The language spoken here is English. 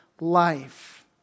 life